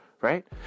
right